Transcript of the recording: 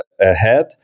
ahead